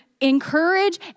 encourage